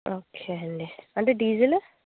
okay అండి అంటే diesel